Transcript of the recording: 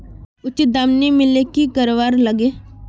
उचित दाम नि मिलले की करवार लगे?